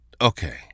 okay